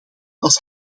als